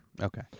Okay